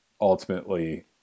ultimately